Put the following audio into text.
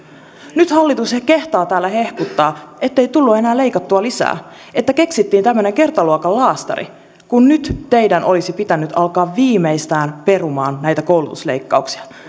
nyt hallitus kehtaa täällä hehkuttaa ettei tullut enää leikattua lisää että keksittiin tämmöinen kertaluokan laastari kun nyt teidän olisi pitänyt alkaa viimeistään perumaan näitä koulutusleikkauksia